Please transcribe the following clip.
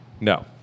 No